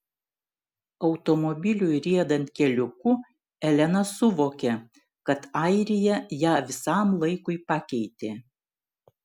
automobiliui riedant keliuku elena suvokė kad airija ją visam laikui pakeitė